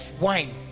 wine